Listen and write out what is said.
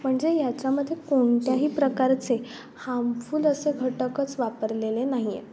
म्हणजे याच्यामधे कोणत्याही प्रकारचे हामफूल असे घटकच वापरलेले नाही आहेत